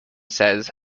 says